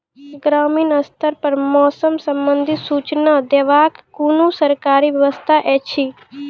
ग्रामीण स्तर पर मौसम संबंधित सूचना देवाक कुनू सरकारी व्यवस्था ऐछि?